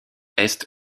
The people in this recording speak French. est